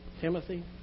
Timothy